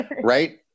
right